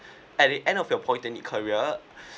at the end of your pointing in career